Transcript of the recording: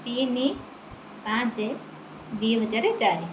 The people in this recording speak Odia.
ତିନି ପାଞ୍ଚ ଦୁଇ ହଜାର ଚାରି